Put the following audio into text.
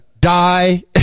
die